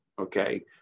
okay